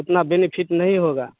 इतना बेनिफिट नहीं होगा